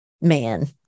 man